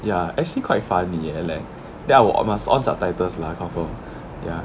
ya actually quite funny eh leh then I will on must on subtitles lah confirm ya